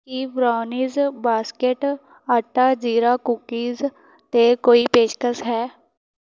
ਕੀ brownies basket ਆਟਾ ਜ਼ੀਰਾ cookies 'ਤੇ ਕੋਈ ਪੇਸ਼ਕਸ਼ ਹੈ